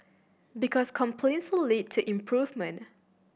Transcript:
because complaints will lead to improvement